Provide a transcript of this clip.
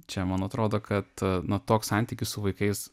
čia man atrodo kad na toks santykis su vaikais